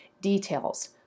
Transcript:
details